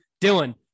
Dylan